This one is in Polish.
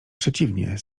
przeciwnie